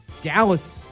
Dallas